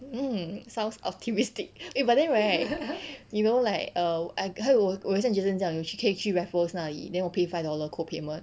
mm sounds optimistic eh but then right you know like err I 还有我我现在觉得有人讲有去 K 去 raffles 那里 then 我 pay five dollar co payment